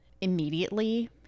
immediately